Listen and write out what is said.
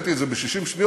תגיד לו תודה ובזה נסיים.